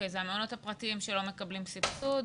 אלה המעונות הפרטיים שלא מקבלים סבסוד.